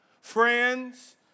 Friends